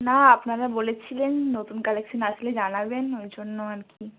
না আপনারা বলেছিলেন নতুন কালেকশন আসলে জানাবেন ওই জন্য আর কি